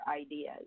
ideas